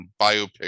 biopic